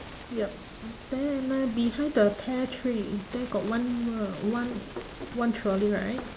yup then uh behind the pear tree there got one uh one one trolley right